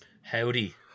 Howdy